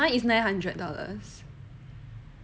nine it's nine hundred dollars